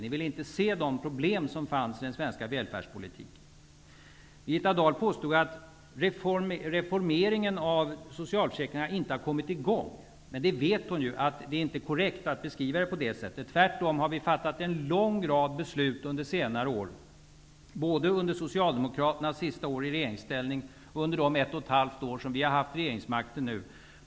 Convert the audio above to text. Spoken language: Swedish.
Ni ville inte se de problem som fanns i den svenska välfärdspolitiken. Birgitta Dahl påstod att reformeringen av so cialförsäkringen inte har kommit i gång. Men vi vet att det inte är korrekt att beskriva det på det sättet. Tvärtom har vi fattat en lång rad beslut un der senare år, både under Socialdemokraternas sista år i regeringsställning och under det ett och ett halvt år vi har haft regeringsmakten nu.